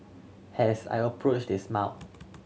has I approach they smile